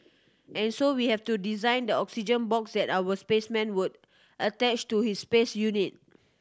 and so we have to design the oxygen box that our spaceman would attach to his space suit